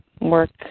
work